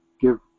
give